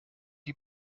die